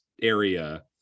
area